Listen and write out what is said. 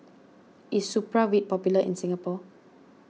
is Supravit popular in Singapore